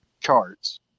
charts